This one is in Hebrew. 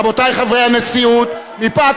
אה,